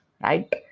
right